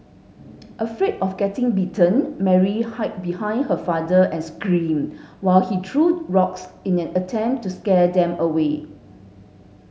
afraid of getting bitten Mary hid behind her father and scream while he threw rocks in an attempt to scare them away